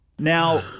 Now